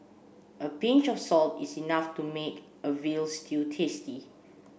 a pinch of salt is enough to make a veal stew tasty